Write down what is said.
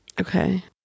Okay